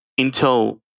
Intel